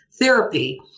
therapy